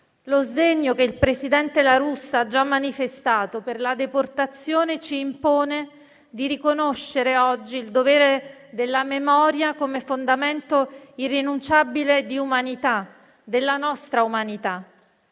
Lo sdegno, che il presidente La Russa ha già manifestato, per la deportazione ci impone di riconoscere oggi il dovere della memoria come fondamento irrinunciabile di umanità, della nostra umanità.